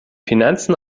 finanzen